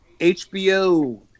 hbo